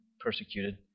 persecuted